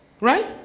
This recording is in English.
Right